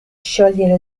sciogliere